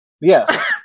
Yes